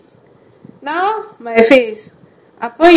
என் மூஞ்சிக்கும் தான்:en moonjikum thaan ice வைக்கணும்:vaikanum ah